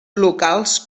locals